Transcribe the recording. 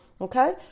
Okay